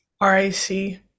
R-I-C